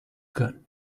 gun